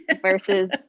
Versus